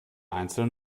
einzeln